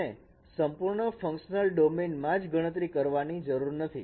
તેને સંપૂર્ણ ફંકશનલ ડોમેનમાં માં જ ગણતરી કરવાની જરૂર નથી